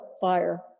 fire